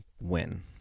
win